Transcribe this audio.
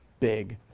big,